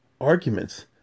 arguments